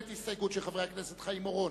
הסתייגות של חברי הכנסת חיים אורון,